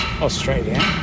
Australia